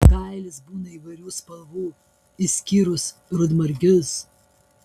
kailis būna įvairių spalvų išskyrus rudmargius